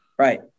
Right